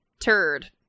turd